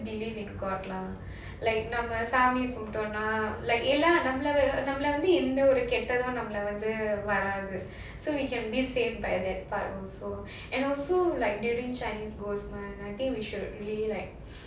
believe in god lah like நம்ம சாமி கும்பிட்டோம்னா:namma sami kumpitomnaa like எல்லாம் நம்ல வந்து எந்த ஒரு கெட்டதும் நம்ல வந்து வராது:ellaam namla vandhu oru endha oru ketadhum namla vandhu varaadhu so we can be saved by that part also and also like during chinese ghost month I think we should really like